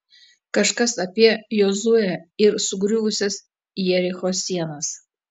kažkas apie jozuę ir sugriuvusias jericho sienas